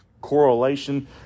correlation